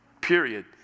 Period